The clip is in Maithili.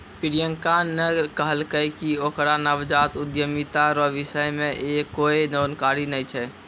प्रियंका ने कहलकै कि ओकरा नवजात उद्यमिता रो विषय मे कोए जानकारी नै छै